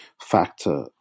factor